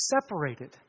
separated